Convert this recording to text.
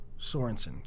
Sorensen